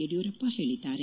ಯಡಿಯೂರಪ್ಪ ಹೇಳಿದ್ದಾರೆ